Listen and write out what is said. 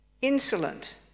insolent